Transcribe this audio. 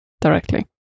directly